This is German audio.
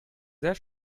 sehr